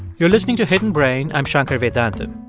you're listening to hidden brain. i'm shankar vedantam.